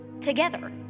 together